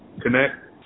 connect